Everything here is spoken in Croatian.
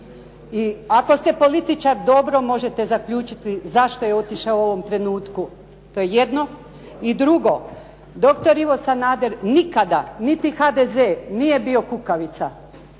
i ako ste političar dobro možete zaključiti zašto je otišao u ovom trenutku. To je jedno. I drugo, doktor Ivo Sanader nikada, niti HDZ nije bio kukavica.